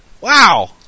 Wow